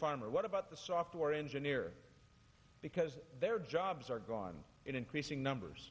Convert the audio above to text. farmer what about the software engineer because their jobs are gone in increasing numbers